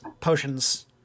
Potions